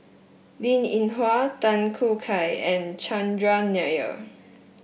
Linn In Hua Tan Choo Kai and Chandran Nair